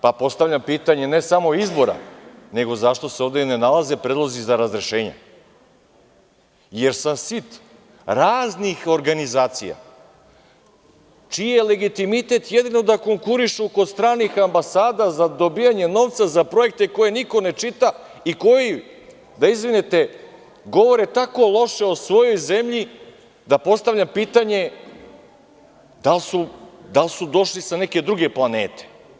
Postavljam pitanje ne samo izbora, nego zašto se ovde i ne nalaze predlozi za razrešenje, jer sam sit raznih organizacija čiji je legitimitet jedino da konkurišu kod stranih ambasada za dobijanje novca za projekte koje niko ne čita i koji, da izvinite, govore tako loše o svojoj zemlji, da postavljam pitanje da li su došli sa neke druge planete?